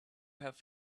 have